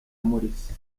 maurice